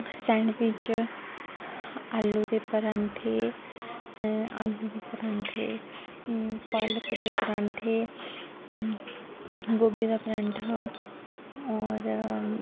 sandwich आलू दे परांठे आलू दे परांठे पालक दे परांठे गोबी दा परांठा होर